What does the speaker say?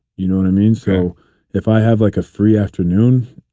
you know what i mean? so if i have like a free afternoon,